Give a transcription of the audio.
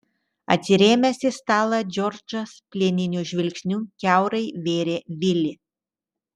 atsirėmęs į stalą džordžas plieniniu žvilgsniu kiaurai vėrė vilį